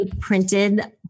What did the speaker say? printed